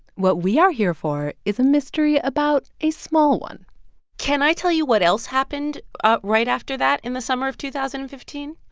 what we are here for is a mystery about a small one can i tell you what else happened right after that in the summer of two thousand and fifteen?